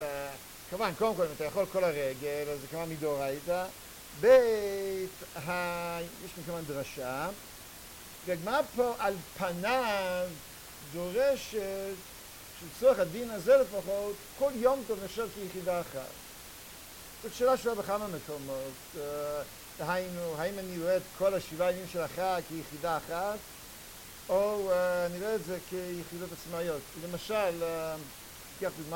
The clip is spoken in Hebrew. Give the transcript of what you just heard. כמובן, קודם כל, אם אתה יכול כל הרגל, אז זה כמובן מדיאוריתא בית ה... יש לכם כמובן דרשה דוגמא פה על פניו דורשת שבצורך הדין הזה לפחות, כל יום נחשב כיחידה אחת זאת שאלה שהייתה בכמה מקומות, דהיינו, האם אני רואה את כל השבעה ימים שלך כיחידה אחת או אני רואה את זה כיחידות עצמאיות למשל, ...